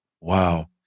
wow